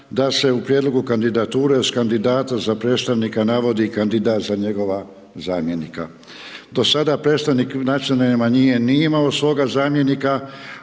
da se u prijedlogu kandidature, s kandidatom za predstavnika navodi kandidat za njegova zamjenika. Do sada predstavnik nacionalne manjine nije imao svoga zamjenika,